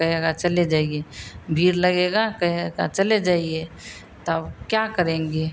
कहेगा चले जाइए भीड़ लगेगी कहेगा चले जाइए तब क्या करेंगे